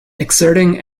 exerting